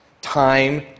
time